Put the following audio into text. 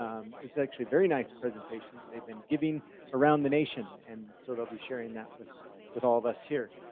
um it's actually a very nice presentation they've been giving around the nation and so they'll be sharing that with with all of us here.